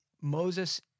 Moses